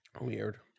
Weird